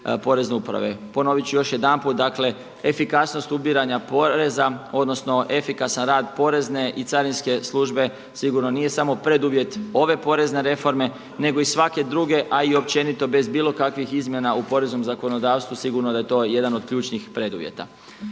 Ponovit ću još jedanput, dakle, efikasnost ubiranja poreza odnosno efikasan rad porezne i carinske službe sigurno nije samo preduvjet ove porezne reforme nego i svake druge, a općenito bez bilo kakvih izmjena u poreznom zakonodavstvu sigurno da je to jedan od ključnih preduvjeta.